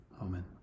Amen